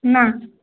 ନା